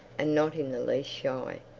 and not in the least shy.